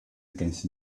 against